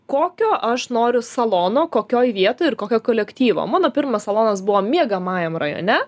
kokio aš noriu salono kokioj vietoj ir kokio kolektyvo mano pirmas salonas buvo miegamajam rajone